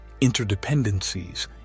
interdependencies